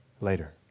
later